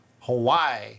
Hawaii